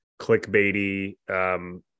clickbaity